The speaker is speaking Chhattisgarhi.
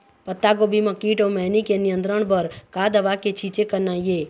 पत्तागोभी म कीट अऊ मैनी के नियंत्रण बर का दवा के छींचे करना ये?